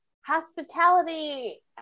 hospitality